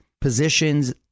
positions